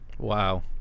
Wow